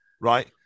Right